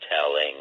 telling